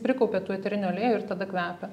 prikaupia tų eterinių aliejų ir tada kvepia